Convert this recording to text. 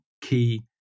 key